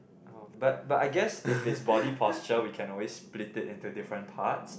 um but but I guess if it's body posture we can always split it into different parts